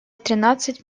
тринадцать